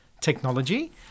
technology